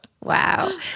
wow